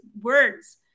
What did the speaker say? words